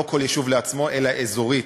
לא כל יישוב לעצמו אלא אזורית,